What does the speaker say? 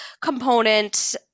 component